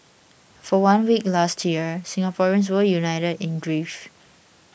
for one week last year Singaporeans were united in grief